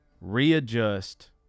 readjust